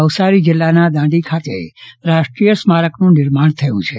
નવસારી જિલ્લામાં દાંડી ખાતે રાષ્ટ્રીય સ્મારક નિર્માણ થયું છે